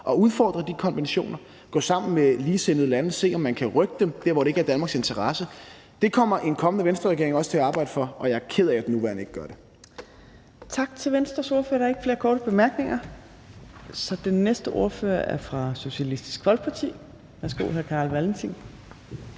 at udfordre de konventioner, at gå sammen med ligesindede lande og se, om man kan rykke dem der, hvor de ikke er i Danmarks interesse. Det kommer en kommende Venstreregering også til at arbejde for, og jeg er ked af, at den nuværende ikke gør det. Kl. 14:53 Tredje næstformand (Trine Torp): Tak til Venstres ordfører. Der er ikke flere korte bemærkninger. Den næste ordfører er fra Socialistisk Folkeparti. Værsgo til hr. Carl Valentin.